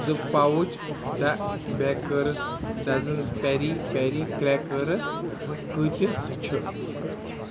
زٕ پاوچ دَ bakers dozen peri peri crackers کۭتِس چھُ